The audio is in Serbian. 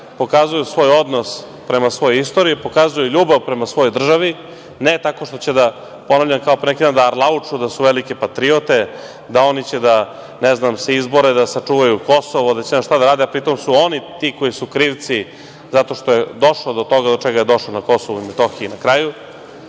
pokazuju svoj odnos prema svojoj istoriji, pokazuju ljubav prema svojoj državi, ne tako što će, kao pre neki dan, da arlauču da su velike patriote, da će oni da se izbore da sačuvaju Kosovo, da će ne znam šta da rade, a pri tom su oni ti koji su krivci zato što je došlo do toga do čega je došlo na KiM.Na kraju,